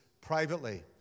privately